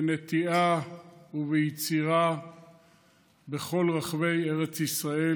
בנטיעה וביצירה בכל רחבי ארץ ישראל,